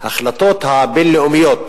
שההחלטות הבין-לאומיות